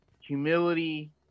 humility